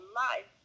life